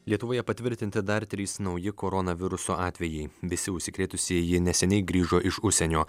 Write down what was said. lietuvoje patvirtinti dar trys nauji koronaviruso atvejai visi užsikrėtusieji neseniai grįžo iš užsienio